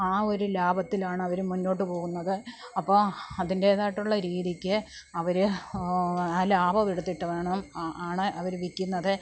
ആ ഒരു ലാഭത്തിലാണ് അവര് മുന്നോട്ടുപോകുന്നത് അപ്പോൾ അതിൻ്റെതായിട്ടുള്ള രീതിക്ക് അവര് ലാഭം എടുത്തിട്ട് വേണം ആണ് അവര് വിൽക്കുന്നത്